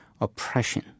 oppression